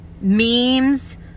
memes